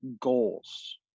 goals